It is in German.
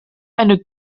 eine